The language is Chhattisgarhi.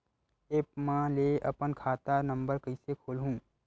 एप्प म ले अपन खाता नम्बर कइसे खोलहु?